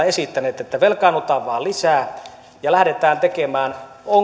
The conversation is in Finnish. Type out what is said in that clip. esittäneet että velkaannutaan vain lisää ja lähdetään tekemään